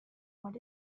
what